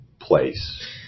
place